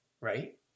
right